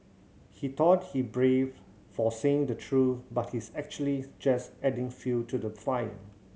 he thought he brave for saying the truth but he's actually just adding fuel to the fire